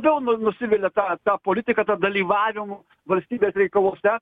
vėl nu nusivelia ta ta politika dalyvavimu valstybės reikaluose